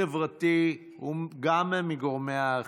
חברתי, וגם מגורמי האכיפה.